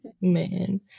Man